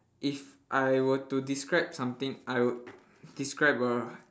if I were to describe something I would describe a